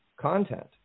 content